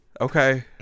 Okay